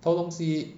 偷东西